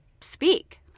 speak